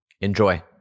Enjoy